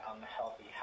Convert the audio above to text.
unhealthy